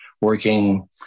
working